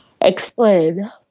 Explain